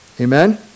Amen